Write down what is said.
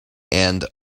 and